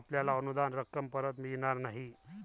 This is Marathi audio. आपल्याला अनुदान रक्कम परत मिळणार नाही